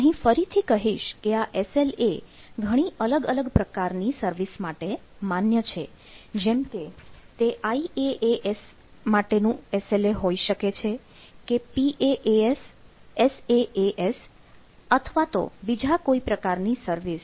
તો અહીં આપણને એસ